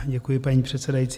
Děkuji, paní předsedající.